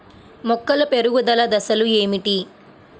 మొక్కల పెరుగుదల దశలు ఏమిటి?